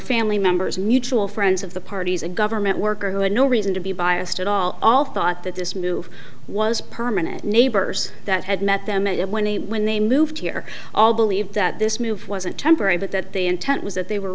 family members mutual friends of the parties a government worker who had no reason to be biased at all all thought that this move was permanent neighbors that had met them it when they when they moved here all believed that this move wasn't temporary but that the intent was that they were